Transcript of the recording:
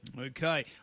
Okay